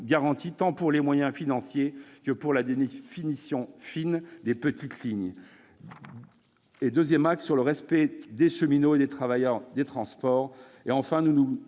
tant des moyens financiers que de la définition fine des petites lignes. Le deuxième axe est le respect des cheminots et des travailleurs des transports. Enfin, troisième